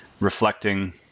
reflecting